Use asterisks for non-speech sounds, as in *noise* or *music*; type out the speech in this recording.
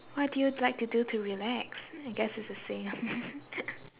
what do you like to do to relax hmm I guess it's the same *laughs*